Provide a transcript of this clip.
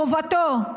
חובתה,